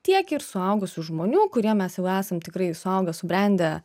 tiek ir suaugusių žmonių kurie mes jau esam tikrai suaugę subrendę